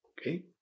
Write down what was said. Okay